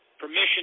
permission